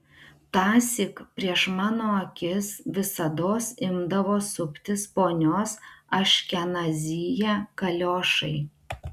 tąsyk prieš mano akis visados imdavo suptis ponios aškenazyje kaliošai